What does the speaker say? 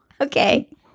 Okay